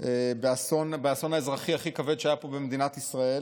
באסון האזרחי הכי כבד שהיה פה במדינת ישראל.